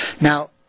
Now